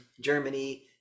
Germany